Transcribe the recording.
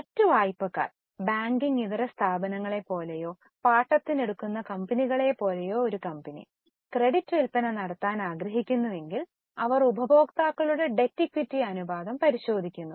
മറ്റ് വായ്പക്കാർ ബാങ്കിംഗ് ഇതര സ്ഥാപനങ്ങളെപ്പോലെയോ പാട്ടത്തിനെടുക്കുന്ന കമ്പനികളെപ്പോലെയോ ഒരു കമ്പനി ക്രെഡിറ്റ് വിൽപ്പന നടത്താൻ ആഗ്രഹിക്കുന്നുവെങ്കിൽ അവർ ഉപഭോക്താക്കളുടെ ഡെറ്റ് ഇക്വിറ്റി അനുപാതം പരിശോധിക്കുന്നു